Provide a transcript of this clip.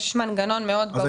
יש מנגנון מאוד ברור.